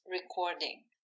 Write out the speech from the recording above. recording